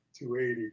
280